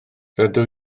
rydw